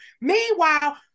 Meanwhile